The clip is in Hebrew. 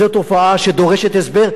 זו תופעה שדורשת הסבר,